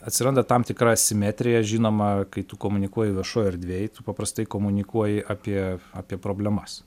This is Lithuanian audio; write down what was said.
atsiranda tam tikra asimetrija žinoma kai tu komunikuoji viešoj erdvėj paprastai komunikuoji apie apie problemas